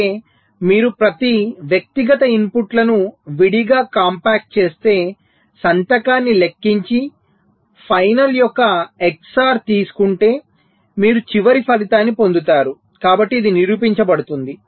అంటే మీరు ప్రతి వ్యక్తిగత ఇన్పుట్లను విడిగా కాంపాక్ట్ చేస్తే సంతకాన్ని లెక్కించి ఫైనల్ యొక్క XOR ను తీసుకుంటే మీరు చివరి ఫలితాన్ని పొందుతారు కాబట్టి ఇది నిరూపించబడుతుంది